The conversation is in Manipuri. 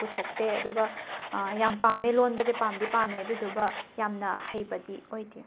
ꯄꯨꯊꯣꯛꯇꯦ ꯑꯗꯨꯒ ꯌꯥꯅꯝ ꯄꯥꯝꯃꯦ ꯂꯣꯟꯕꯁꯦ ꯄꯥꯝꯗꯤ ꯄꯥꯝꯃꯦ ꯑꯗꯨꯗꯨꯒ ꯌꯥꯝꯅ ꯍꯩꯕꯗꯤ ꯑꯣꯏꯗꯦ